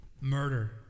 murder